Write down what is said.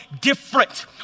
different